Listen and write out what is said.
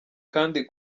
kandi